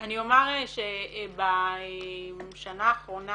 אני אומר שבשנה האחרונה